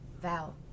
Val